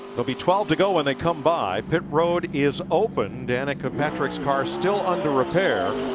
will be twelve to go when they come by. pit road is open. danica patrick's car still under repair.